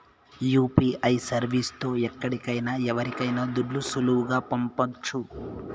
UPI service తో ఎక్కడికైనా ఎవరికైనా దుడ్లు సులువుగా పంపొచ్చు